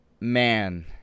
man